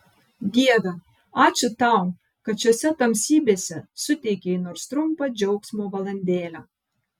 dieve ačiū tau kad šiose tamsybėse suteikei nors trumpą džiaugsmo valandėlę